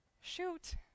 Shoot